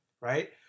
Right